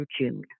June